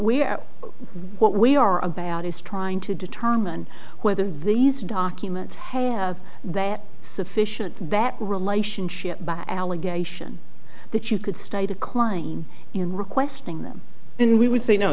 are what we are about is trying to determine whether these documents have that sufficient that relationship back allegation that you could stay declining in requesting them then we would say no